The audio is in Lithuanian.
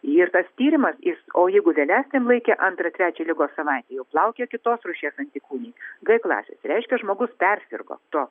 ir tas tyrimas jis o jeigu vėlesniam laike antrą trečią ligos savaitę jau plaukioja kitos rūšies antikūniai g klasės reiškia žmogus persirgo tuo